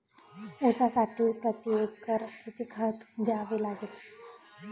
ऊसासाठी प्रतिएकर किती खत द्यावे लागेल?